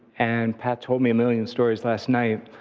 and pat told me a million stories last night.